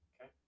Okay